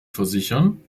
versichern